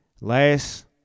Last